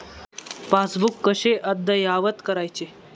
Passbook कसे अद्ययावत करायचे?